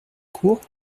cour